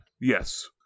yes